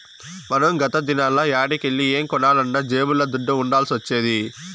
మనం గత దినాల్ల యాడికెల్లి ఏం కొనాలన్నా జేబుల్ల దుడ్డ ఉండాల్సొచ్చేది